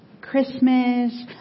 christmas